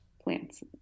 plants